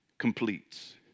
Completes